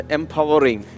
empowering